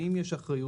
ואם יש אחריות,